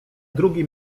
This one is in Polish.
drugi